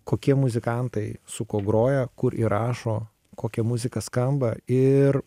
kokie muzikantai su kuo groja kur įrašo kokia muzika skamba ir